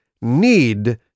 need